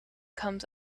comes